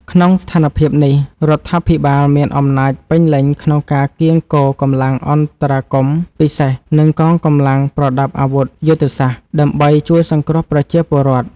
ក្នុងស្ថានភាពនេះ រដ្ឋាភិបាលមានអំណាចពេញលេញក្នុងការកៀងគរកម្លាំងអន្តរាគមន៍ពិសេស និងកងកម្លាំងប្រដាប់អាវុធយុទ្ធសាស្ត្រ ដើម្បីជួយសង្គ្រោះប្រជាពលរដ្ឋ។